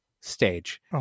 stage